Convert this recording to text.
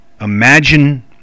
Imagine